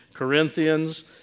Corinthians